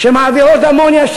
שמעבירות אמוניה,